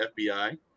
fbi